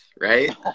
right